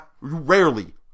rarely